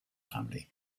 family